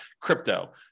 crypto